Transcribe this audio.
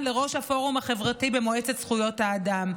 לראש הפורום החברתי במועצת זכויות האדם.